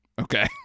okay